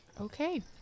okay